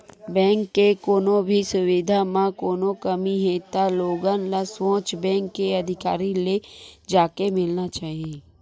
bank के कोनो भी सुबिधा म कोनो कमी हे त लोगन ल सोझ बेंक के अधिकारी ले जाके मिलना चाही